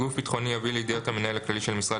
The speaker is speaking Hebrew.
גוף ביטחוני יבוא לידיעת המנהל הכללי של המשרד